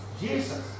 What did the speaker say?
Jesus